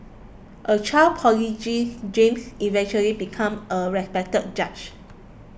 a child prodigy James eventually become a respected judge